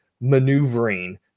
maneuvering